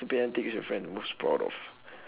stupid antics that your friends are most proud of